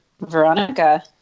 Veronica